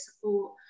support